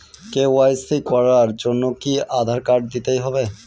KYC করার জন্য কি আধার কার্ড দিতেই হবে?